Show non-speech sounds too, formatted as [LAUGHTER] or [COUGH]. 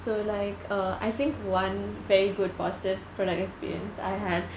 so like uh I think one very good positive product experience I had [BREATH]